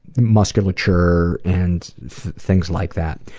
musculature and things like that.